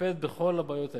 מטפלת בכל הבעיות האלה.